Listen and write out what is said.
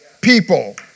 people